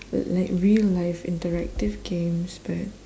but like real life interactive games but